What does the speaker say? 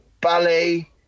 ballet